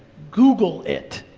google it.